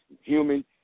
human